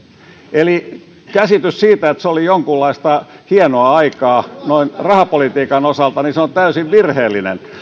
eli käsitys siitä että se oli jonkunlaista hienoa aikaa noin rahapolitiikan osalta on täysin virheellinen